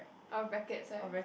a racket side